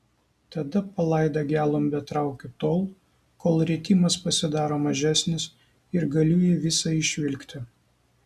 tada palaidą gelumbę traukiu tol kol rietimas pasidaro mažesnis ir galiu jį visą išvilkti